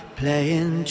playing